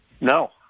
no